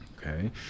Okay